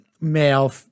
male